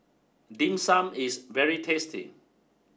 dim sum is very tasty